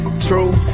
True